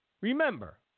Remember